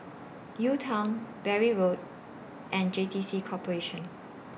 UTown Bury Road and J T C Corporation